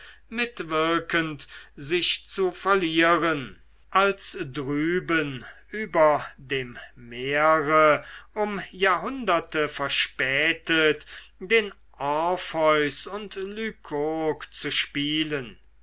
mitwirkend sich zu verlieren als drüben über dem meere um jahrhunderte verspätet den orpheus und lykurg zu spielen